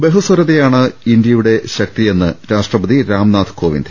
ബഹുസ്വരതയാണ് ഇന്ത്യയുടെ ശക്തിയെന്ന് രാഷ്ട്രപതി രാംനാഥ് കോവിന്ദ്